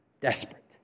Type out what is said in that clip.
Desperate